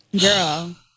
girl